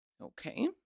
Okay